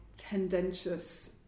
tendentious